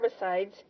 herbicides